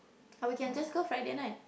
or we can just go Friday night